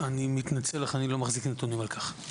אני מתנצל, אני לא מחזיק נתונים על כך.